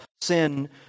sin